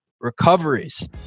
recoveries